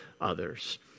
others